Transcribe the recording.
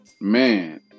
man